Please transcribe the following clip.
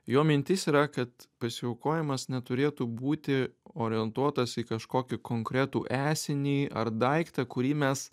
jo mintis yra kad pasiaukojimas neturėtų būti orientuotas į kažkokį konkretų esinį ar daiktą kurį mes